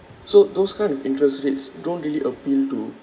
so those kind of interest rates don't really appeal to